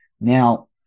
Now